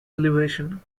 elevation